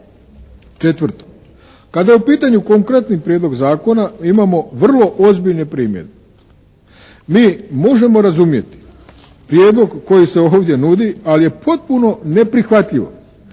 Četvrto, kada je u pitanju konkretni prijedlog zakona imamo vrlo ozbiljne primjedbe. Mi možemo razumjeti prijedlog koji se ovdje nudi ali je potpuno neprihvatljivo